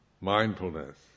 mindfulness